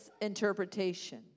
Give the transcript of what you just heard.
interpretation